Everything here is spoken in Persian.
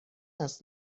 است